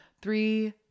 three